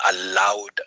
allowed